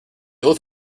oath